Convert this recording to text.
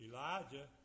Elijah